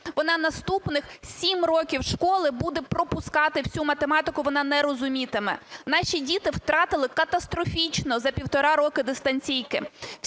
вона наступних сім років школи буде пропускати всю математику, вона не розумітиме. Наші діти втратили катастрофічно за півтора року дистанційки.